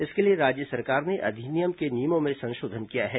इसके लिए राज्य सरकार ने अधिनियम के नियमों में संशोधन किया है